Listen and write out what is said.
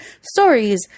stories